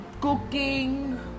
cooking